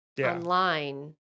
online